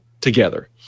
together